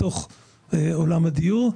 בתוך עולם הדיור.